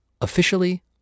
Officially